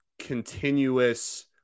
continuous